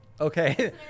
Okay